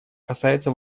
касается